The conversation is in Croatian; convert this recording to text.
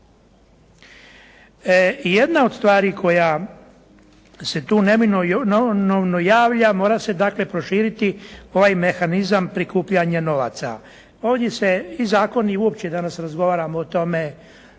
Jedna od stvari koja se tu neminovno javlja, mora se dakle, proširiti ovaj mehanizam prikupljanje novaca. Ovdje se i zakoni i uopće danas razgovaramo o tome